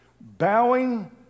bowing